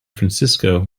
francisco